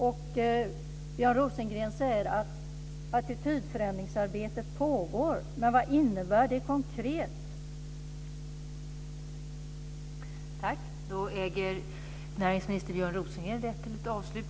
Björn Rosengren säger att attitydförändringsarbete pågår. Vad innebär det konkret.